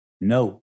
no